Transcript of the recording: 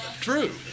true